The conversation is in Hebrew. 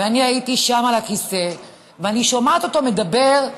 ואני הייתי שם, על הכיסא, ואני שומעת אותו מדבר,